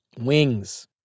Wings